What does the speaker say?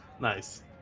Nice